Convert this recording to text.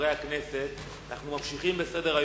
חברי הכנסת, אנחנו ממשיכים בסדר-היום.